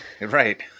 Right